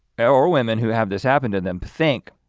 ah or women who have this happen to them, think,